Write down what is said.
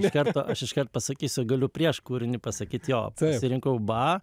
iš karto aš iškart pasakysiu galiu prieš kūrinį pasakyt jo pasirinkau ba